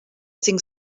cinc